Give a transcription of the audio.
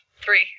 three